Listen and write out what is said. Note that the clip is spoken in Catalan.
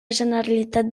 generalitat